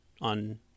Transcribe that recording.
on